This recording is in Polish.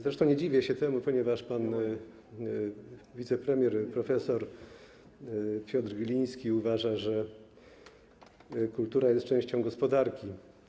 Zresztą nie dziwię się temu, ponieważ pan wicepremier prof. Piotr Gliński uważa, że kultura jest częścią gospodarki.